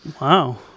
Wow